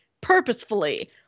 purposefully